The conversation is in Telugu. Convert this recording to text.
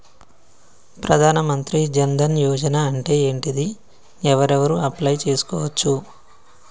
ప్రధాన మంత్రి జన్ ధన్ యోజన అంటే ఏంటిది? ఎవరెవరు అప్లయ్ చేస్కోవచ్చు?